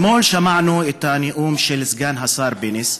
אתמול שמענו את הנאום של סגן הנשיא פנס,